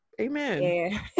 Amen